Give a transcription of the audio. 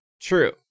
True